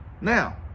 Now